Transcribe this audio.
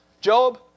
Job